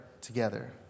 together